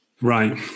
Right